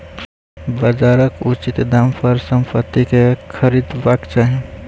बजारक उचित दाम पर संपत्ति के खरीदबाक चाही